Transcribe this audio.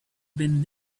been